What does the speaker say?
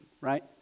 right